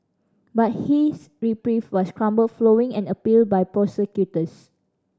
but his reprieve was crumbled following and an appeal by prosecutors